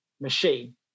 machine